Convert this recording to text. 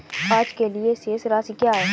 आज के लिए शेष राशि क्या है?